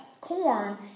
corn